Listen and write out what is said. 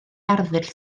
arddull